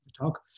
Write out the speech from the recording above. talk